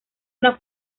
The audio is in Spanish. una